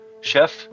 chef